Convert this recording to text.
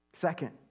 Second